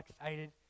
excited